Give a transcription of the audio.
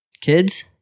Kids